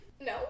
no